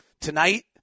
Tonight